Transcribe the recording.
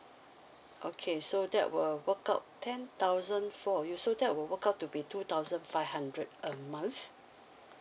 okay so that will work out ten thousand four of you so that will work out to be two thousand five hundred a month